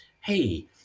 hey